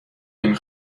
نمی